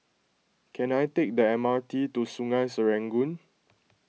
can I take the M R T to Sungei Serangoon